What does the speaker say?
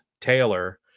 Taylor